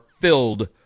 filled